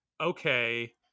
okay